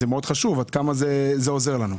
מאוד חשוב, עד כמה זה עוזר לנו.